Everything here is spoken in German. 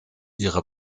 ihre